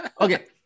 Okay